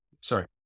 sorry